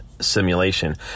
simulation